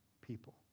people